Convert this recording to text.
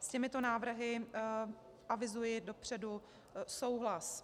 S těmito návrhy avizuji dopředu souhlas.